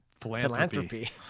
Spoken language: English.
philanthropy